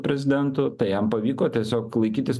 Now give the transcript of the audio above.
prezidentu tai jam pavyko tiesiog laikytis